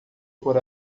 por